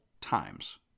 times